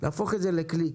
להפוך את זה לכלי.